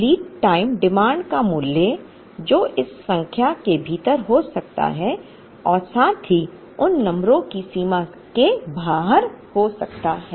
lead time demand का मूल्य जो इस संख्या के भीतर हो सकता है और साथ ही इन नंबरों की सीमा के बाहर हो सकता है